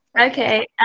Okay